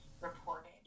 reported